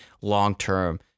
long-term